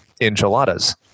enchiladas